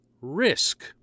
risk